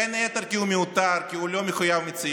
בין היתר כי הוא מיותר, כי הוא לא מחויב המציאות.